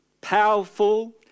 powerful